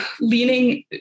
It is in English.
leaning